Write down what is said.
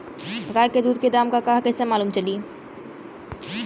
गाय के दूध के दाम का ह कइसे मालूम चली?